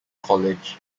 college